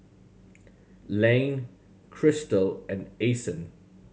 Layne Crystal and Ason